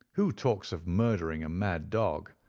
who talks of murdering a mad dog?